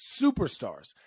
superstars